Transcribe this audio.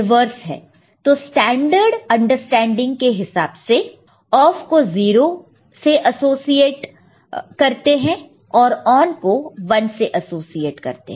तो standard understanding के हिसाब से ऑफ को 0 से एसोसिएट करते हैं और ऑन को 1 से एसोसिएट करते हैं